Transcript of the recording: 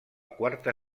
quarta